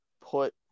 put